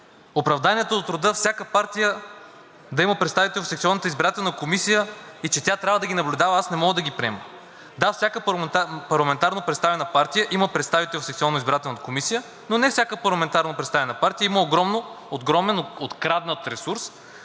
Оправданията от рода – всяка партия да има представител в секционната избирателна комисия и че тя трябва да ги наблюдава, аз не мога да ги приема. Да, всяка парламентарно представена партия има представител в секционната избирателна комисия, но не всяка парламентарно представена партия има огромен откраднат ресурс,